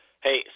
Hey